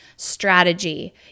strategy